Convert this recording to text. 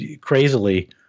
crazily